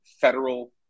federal